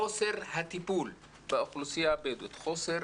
חוסר הטיפול באוכלוסייה הבדואית, חוסר